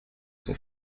son